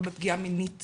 לא בפגיעה מינית